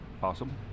Possible